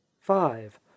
five